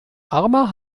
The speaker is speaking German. armer